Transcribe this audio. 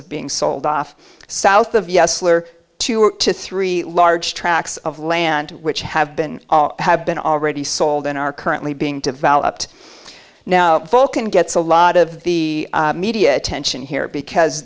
of being sold off south of us were two or three large tracts of land which have been have been already sold and are currently being developed now vulcan gets a lot of the media attention here because